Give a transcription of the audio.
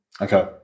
okay